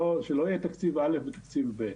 כלומר, שלא יהיה תקציב אל"ף ותקציב בי"ת,